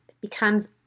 becomes